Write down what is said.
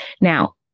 Now